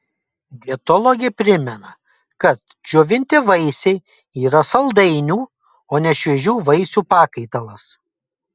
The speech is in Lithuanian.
dietologė primena kad džiovinti vaisiai yra saldainių o ne šviežių vaisių pakaitalas